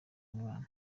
mwana